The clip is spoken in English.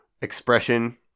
expression